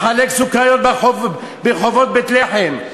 מחלק סוכריות ברחובות בית-לחם.